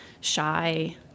shy